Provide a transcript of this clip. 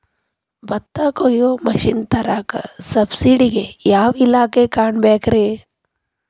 ಭತ್ತ ಕೊಯ್ಯ ಮಿಷನ್ ತರಾಕ ಸಬ್ಸಿಡಿಗೆ ಯಾವ ಇಲಾಖೆ ಕಾಣಬೇಕ್ರೇ?